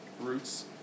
roots